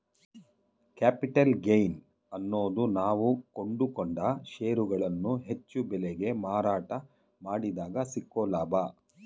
capital gain ಅನ್ನೋದು ನಾವು ಕೊಂಡುಕೊಂಡ ಷೇರುಗಳನ್ನು ಹೆಚ್ಚು ಬೆಲೆಗೆ ಮಾರಾಟ ಮಾಡಿದಗ ಸಿಕ್ಕೊ ಲಾಭ